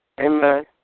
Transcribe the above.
Amen